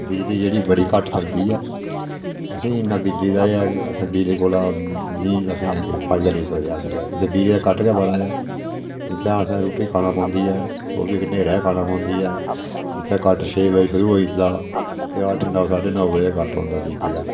बिजली जेह्ड़ी बड़ी घट्ट चलदी ऐ असें ई इन्ना बिजली दा एह् ऐ कि असें बिजली कोला निं असें है कोई फायदा लेई सकदे अस ते इत्थै बिजली दा कट्ट गै बड़ा ऐ इत्थै असें रुट्टी खाना पौंदी ऐ उब्भी न्हेरै खाना पौंदी ऐ इत्थै कट्ट छे बजे शुरु होई जंदा जां अट्ठ नौ साड्ढे नौ बजे कट्ट रौंह्दा बिजली दा